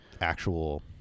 actual